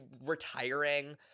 retiring